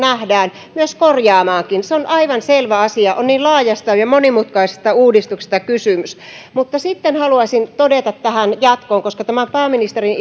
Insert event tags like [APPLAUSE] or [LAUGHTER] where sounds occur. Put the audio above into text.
nähdään korjaamaankin se on aivan selvä asia on niin laajasta ja ja monimutkaisesta uudistuksesta kysymys mutta sitten haluaisin todeta tähän jatkoon koska tämän pääministerin [UNINTELLIGIBLE]